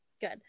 good